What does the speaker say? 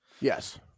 Yes